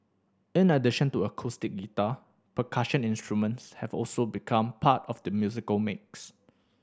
in addition to acoustic guitar percussion instruments have also become part of the musical mix